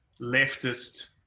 leftist